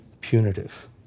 punitive